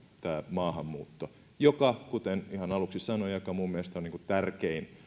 maahanmuutto kuten ihan aluksi sanoin mikä on minun mielestäni oikeastaan tärkein